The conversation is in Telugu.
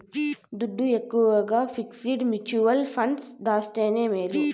దుడ్డు ఎక్కవగా ఫిక్సిడ్ ముచువల్ ఫండ్స్ దాస్తేనే మేలు